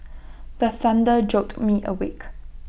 the thunder jolt me awake